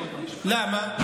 למה?